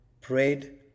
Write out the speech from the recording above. prayed